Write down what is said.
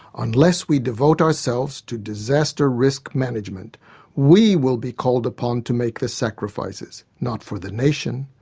unless we devote ourselves to disaster risk management we will be called upon to make the sacrifices, not for the nation,